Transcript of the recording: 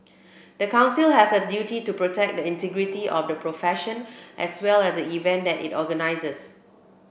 the Council has a duty to protect the integrity of the profession as well as the event that it organises